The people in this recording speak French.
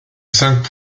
cinq